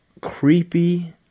creepy